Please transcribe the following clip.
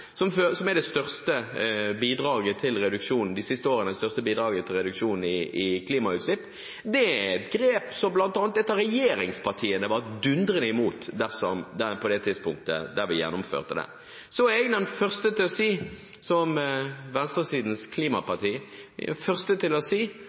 som er det største bidraget til reduksjon i klimautslipp de siste årene. Det er et grep som et av regjeringspartiene var dundrende imot på det tidspunktet vi gjennomførte det. Så er jeg den første til å si, som representant for venstresidens